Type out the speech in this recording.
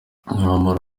umwambaro